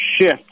shift